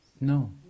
No